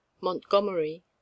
Montgomery